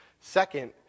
Second